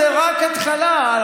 זה רק התחלה,